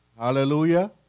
Hallelujah